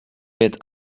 wird